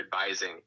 advising